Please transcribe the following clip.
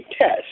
test